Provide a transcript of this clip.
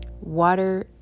Water